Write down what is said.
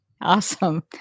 Awesome